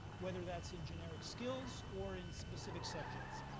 whether that's in generic skills or in specific subjects.